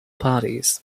parties